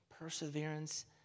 Perseverance